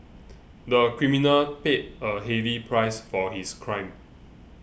the criminal paid a heavy price for his crime